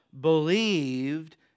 believed